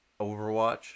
overwatch